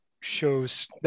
shows